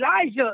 Elijah